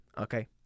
okay